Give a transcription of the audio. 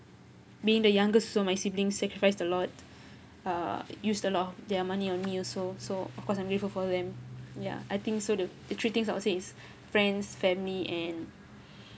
being the youngest also my siblings sacrificed a lot uh use a lot of their money on me also so of course I'm grateful for them ya I think so the the three things I wwould say is friends family and